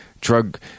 drug